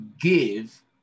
give